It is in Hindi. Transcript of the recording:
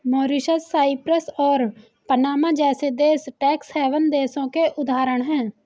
मॉरीशस, साइप्रस और पनामा जैसे देश टैक्स हैवन देशों के उदाहरण है